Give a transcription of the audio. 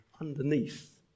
underneath